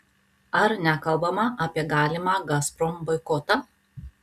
ar nekalbama apie galimą gazprom boikotą